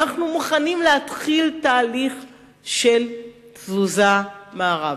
אנחנו מוכנים להתחיל תהליך של תזוזה מערבה.